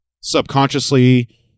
subconsciously